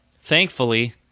thankfully